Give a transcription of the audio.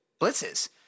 blitzes